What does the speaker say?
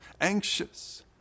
anxious